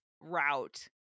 route